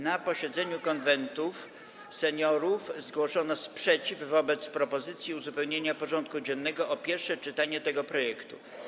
Na posiedzeniu Konwentów Seniorów zgłoszono sprzeciw wobec propozycji uzupełnienia porządku dziennego o pierwsze czytanie tego projektu.